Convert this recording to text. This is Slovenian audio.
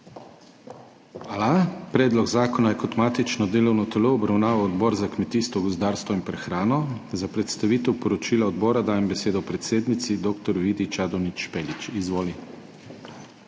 Hvala. Predlog zakona je kot matično delovno telo obravnaval Odbor za kmetijstvo, gozdarstvo in prehrano. Za predstavitev poročila odbora dajem besedo predsednici dr. Vidi Čadonič Špelič. Izvoli.